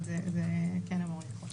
זה כן אמור לקרות.